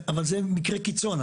אבל זה מקרה קיצון.